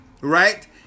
right